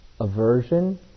aversion